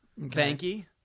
Banky